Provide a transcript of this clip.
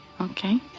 okay